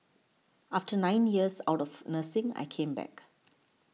after nine years out of nursing I came back